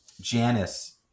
Janice